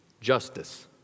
Justice